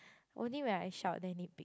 only when I shout then he pick